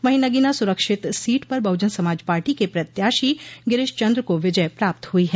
वहीं नगीना सुरक्षित सीट पर बहजन समाज पार्टी के प्रत्याशी गिरिश चन्द्र को विजय प्राप्त हुई है